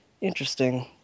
interesting